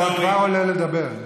אתה כבר עולה לדבר.